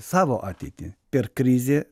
savo ateitį per krizę